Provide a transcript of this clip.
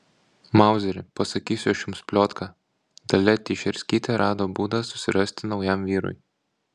mauzeri pasakysiu aš jums pliotką dalia teišerskytė rado būdą susirasti naujam vyrui